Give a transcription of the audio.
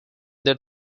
their